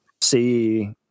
see